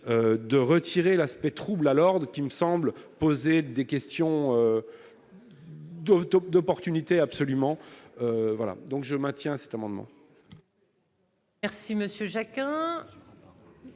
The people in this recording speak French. de retirer l'aspect trouble à l'ordre qui me semble poser des questions doivent d'opportunités absolument voilà donc je maintiens cet amendement.